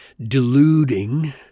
deluding